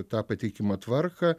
tą patikiamą tvarką